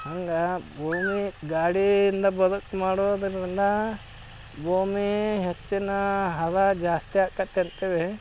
ಹಂಗೆ ಭೂಮಿ ಗಾಡಿಯಿಂದ ಬದುಕು ಮಾಡೋದರಿಂದ ಭೂಮಿ ಹೆಚ್ಚಿನ ಹದ ಜಾಸ್ತಿ ಆಕೈತೆ ಅಂತ್ಹೇಳಿ